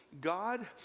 God